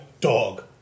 dog